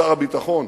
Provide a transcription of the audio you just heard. שר הביטחון,